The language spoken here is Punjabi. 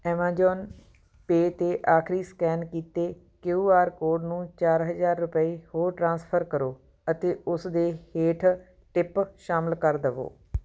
ਐਮਾਜ਼ੋਨ ਪੇ 'ਤੇ ਆਖਰੀ ਸਕੈਨ ਕੀਤੇ ਕਿਯੂ ਆਰ ਕੋਡ ਨੂੰ ਚਾਰ ਹਜ਼ਾਰ ਰੁਪਏ ਹੋਰ ਟ੍ਰਾਂਸਫਰ ਕਰੋ ਅਤੇ ਉਸ ਦੇ ਹੇਠ ਟਿਪ ਸ਼ਾਮਿਲ ਕਰ ਦੇਵੋ